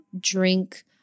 drink